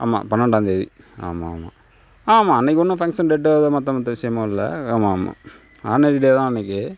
ஆமா பன்னெண்டாந்தேதி ஆமா ஆமா ஆமா அன்னைக்கி ஒன்றும் ஃபங்க்ஷன் டேட்டோ எது மற்ற மற்ற விஷயமும் இல்லை ஆமா ஆமா ஆர்டினரி டே தான் அன்னைக்கி